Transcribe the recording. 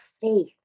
faith